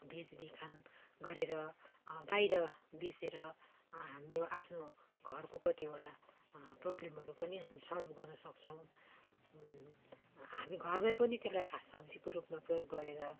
बेजबिखन गरेर बाहिर बेचेर हाम्रो आफ्नो घरको कतिवटा प्रब्लमहरू पनि हामी सल्भ गर्नु सक्छौँ हामी घरमा पनि त्यसलाई खा सब्जीको रूपमा प्रयोग गरेर